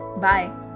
Bye